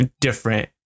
different